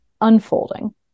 unfolding